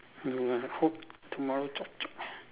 mm but I hope tomorrow chop chop